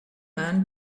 man